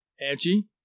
Angie